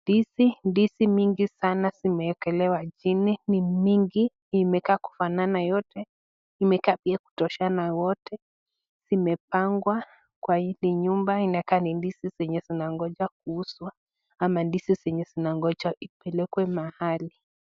Ndizi. Ndizi mingi sanaa zimeekelewa chini. Ni mingi, imekaa kufanana yote. Imekaa pia kutoshana wote. Zimepangwa kwa hili nyumba inakaa ni ndizi zenye zinangoja kuuzwa ama ndizi zenye zinangoja ipelekwe mahali.